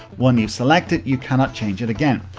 when you select it, you cannot change it again.